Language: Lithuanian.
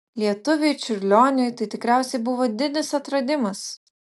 lietuviui čiurlioniui tai tikriausiai buvo didis atradimas